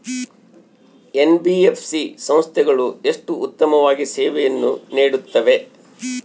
NBFC ಸಂಸ್ಥೆಗಳು ಎಷ್ಟು ಉತ್ತಮವಾಗಿ ಸೇವೆಯನ್ನು ನೇಡುತ್ತವೆ?